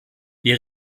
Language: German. wir